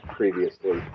previously